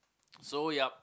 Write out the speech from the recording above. so yup